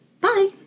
Bye